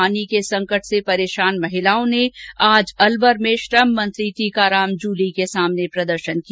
पानी के संकट से परेशान महिलाओं ने आज अलवर में श्रम मंत्री टीकाराम जूली के सामने प्रदर्शन किया